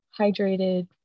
hydrated